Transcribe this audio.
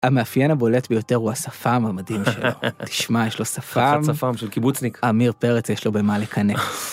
המאפיין הבולט ביותר הוא השפם המדהים שלו. תשמע, יש לו שפם, אמיר פרץ יש לו במה לקנא.